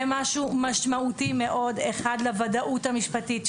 זה משהו משמעותי מאוד, אחד, לוודאות המשפטית.